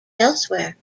elsewhere